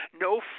No